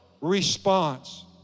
response